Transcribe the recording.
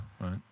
Right